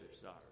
sorry